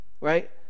right